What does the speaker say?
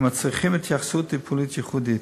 המצריכה התייחסות טיפולית ייחודית.